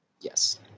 Yes